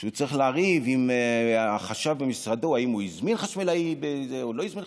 שהוא צריך לריב עם החשב במשרדו אם הוא הזמין חשמלאי או לא הזמין חשמלאי.